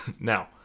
Now